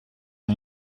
are